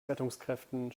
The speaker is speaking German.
rettungskräften